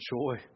joy